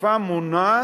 התקפה מונעת,